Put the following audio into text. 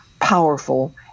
powerful